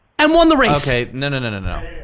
and won the race? okay, no, no, and and no,